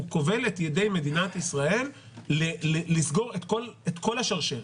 הוא כובל את ידי מדינת ישראל לסגור את כל השרשרת.